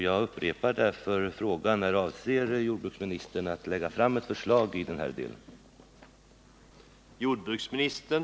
Jag upprepar därför frågan: När avser jordbruksministern att lägga fram ett förslag i den här delen?